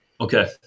Okay